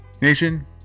Nation